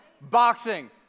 Boxing